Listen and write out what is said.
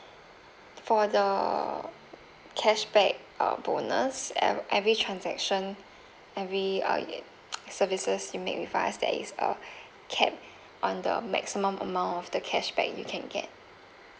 for the cashback uh bonus ev~ every transaction every uh services you make with us there is a cap on the maximum amount of the cashback you can get